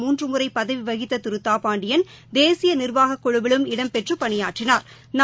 மூன்றுமுறைபதவிவகித்ததிருதாபாண்டியன் தேசியநிா்வாகக் குழுவிலும் இடம்பெற்றுபணியாற்றினாா்